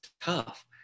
tough